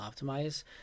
optimize